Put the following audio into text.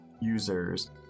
users